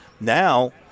Now